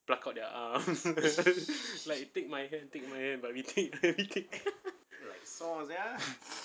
pluck out their arms like take my hand take my hand but we didn't really take